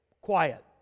Quiet